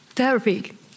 therapy